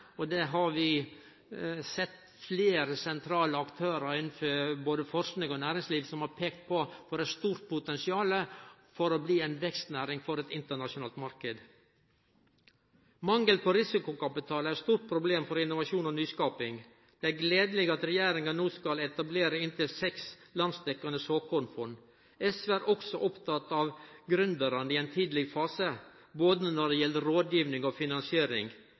leverandørane, og vi har sett at fleire sentrale aktørar innanfor både forsking og næringsliv har peika på eit stort potensial for å bli ei vekstnæring for ein internasjonalt marknad. Mangel på risikovillig kapital er eit problem for innovasjon og nyskaping. Det er gledeleg at regjeringa no skal etablere inntil seks landsdekkjande såkornfond. SV er også oppteke av gründerane i ein tidleg fase, både når det gjeld rådgiving og finansiering.